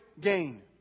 gain